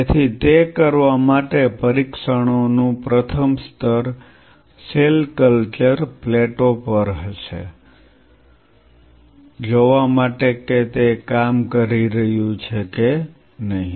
તેથી તે કરવા માટે પરીક્ષણોનું પ્રથમ સ્તર સેલ કલ્ચર પ્લેટો પર હશે જોવા માટે કે તે કામ કરી રહ્યું છે કે નહીં